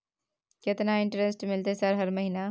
केतना इंटेरेस्ट मिलते सर हर महीना?